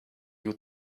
new